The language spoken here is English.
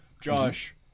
Josh